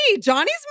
Johnny's